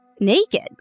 naked